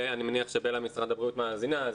אני מניח שבלה ממשרד הבריאות מאזינה.